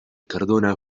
cardona